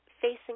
facing